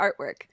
artwork